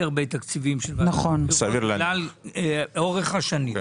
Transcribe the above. הרבה תקציבים של ועדת הבחירות לאורך השנים.